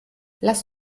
lass